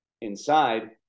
inside